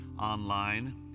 online